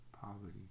poverty